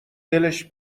دلش